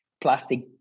plastic